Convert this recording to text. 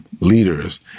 leaders